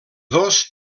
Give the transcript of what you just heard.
dos